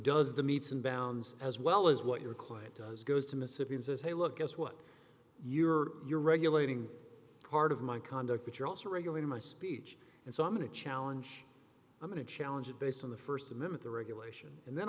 does the meets and bounds as well as what your client does goes to mississippi and says hey look guess what you're you're regulating part of my conduct but you're also regulating my speech and so i'm going to challenge i'm going to challenge it based on the st amendment the regulation and then